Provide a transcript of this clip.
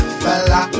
fella